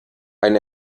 ein